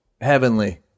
heavenly